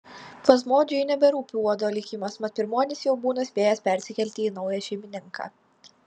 plazmodijui neberūpi uodo likimas mat pirmuonis jau būna spėjęs persikelti į naują šeimininką